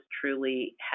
truly